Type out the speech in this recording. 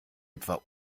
etwa